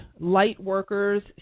lightworkers